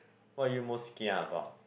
what are you most kia about